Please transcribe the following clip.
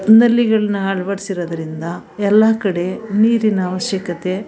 ನಲ್ಲಿಗಳನ್ನ ಅಳವಡ್ಸಿರೋದ್ರಿಂದ ಎಲ್ಲ ಕಡೆ ನೀರಿನ ಅವಶ್ಯಕತೆ